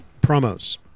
promos